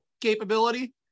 capability